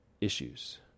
issues